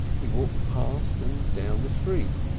he walked past and down the street,